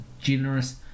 generous